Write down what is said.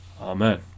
Amen